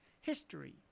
history